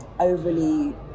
Overly